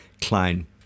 Klein